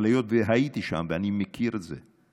אבל היות שהייתי שם ואני מכיר את זה,